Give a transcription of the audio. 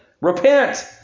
Repent